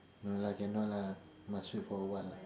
no lah cannot lah must wait for a while lah